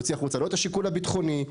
להוציא החוצה לא את השיקול הביטחוני,